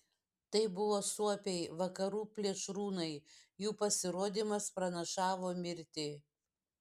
tai buvo suopiai vakarų plėšrūnai jų pasirodymas pranašavo mirtį